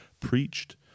preached